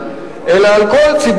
אם המליאה תחליט.